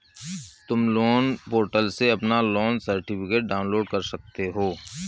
तुम loan portal से अपना लोन सर्टिफिकेट डाउनलोड कर सकते हो